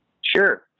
Sure